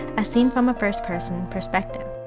as seen from a first-person perspective.